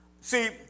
See